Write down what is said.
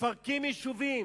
מפרקים יישובים.